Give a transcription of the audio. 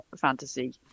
fantasy